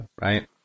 right